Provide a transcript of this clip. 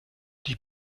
die